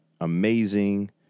amazing